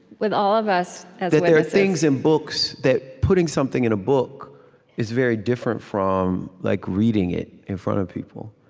with all of us? there there are things in books that putting something in a book is very different from like reading it in front of people.